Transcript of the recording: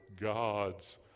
God's